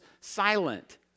silent